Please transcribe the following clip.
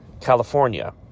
California